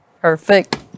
perfect